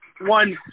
One